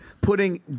putting